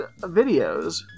videos